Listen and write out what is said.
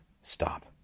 stop